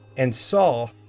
and saw.